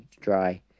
dry